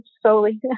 slowly